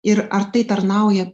ir ar tai tarnauja